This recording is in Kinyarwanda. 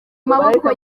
maboko